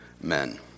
men